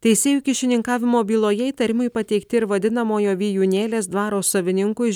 teisėjų kyšininkavimo byloje įtarimai pateikti ir vadinamojo vijūnėlės dvaro savininkui